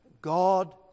God